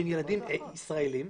שהם ילדים ישראלים,